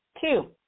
Two